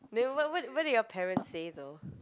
then what what what did your parents say though